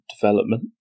development